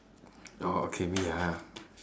orh okay me ah